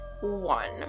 one